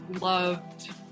Loved